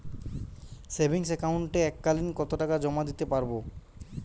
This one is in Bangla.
সেভিংস একাউন্টে এক কালিন কতটাকা জমা দিতে পারব?